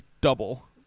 double